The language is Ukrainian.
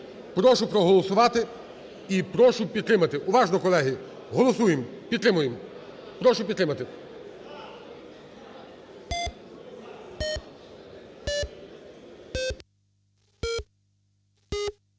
Прошу проголосувати і прошу підтримати. Уважно, колеги, голосуємо. Підтримуємо. Прошу підтримати.